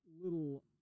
little